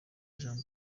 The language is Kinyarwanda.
jean